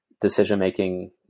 decision-making